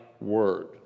word